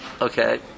Okay